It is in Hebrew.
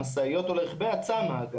למשאיות או לרכבי הצמ"ה,